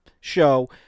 show